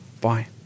Bye